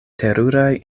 teruraj